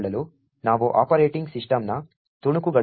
ನಾವು ಆಪರೇಟಿಂಗ್ ಸಿಸ್ಟಂನ ತುಣುಕುಗಳನ್ನು ನೋಡಬೇಕು